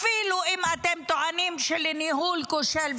אפילו אם אתם טוענים לניהול כושל,